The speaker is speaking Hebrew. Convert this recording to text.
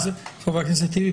חה"כ טיבי,